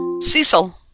Cecil